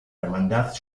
hermandad